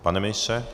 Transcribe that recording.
Pane ministře?